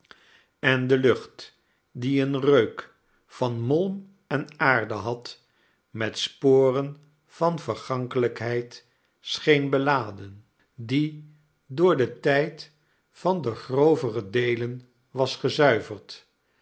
en de lucht die een reuk van molm en aarde had met sporen van vergankelijkheid scheen beladen die door den tijd van de grovere deelen was gezuiverd